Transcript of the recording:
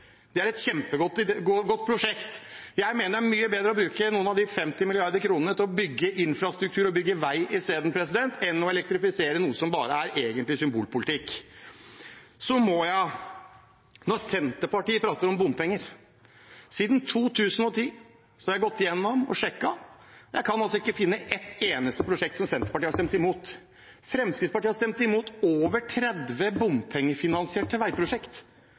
er et kjempegodt prosjekt. Jeg mener det er mye bedre å bruke noen av de 50 mrd. kr til å bygge infrastruktur og vei i stedet, enn å elektrifisere noe som egentlig bare er symbolpolitikk. Så må jeg, når Senterpartiet prater om bompenger, si: Jeg har gått gjennom og sjekket, og siden 2010 kan jeg ikke finne ett eneste prosjekt som Senterpartiet har stemt imot. Fremskrittspartiet har stemt imot over 30 bompengefinansierte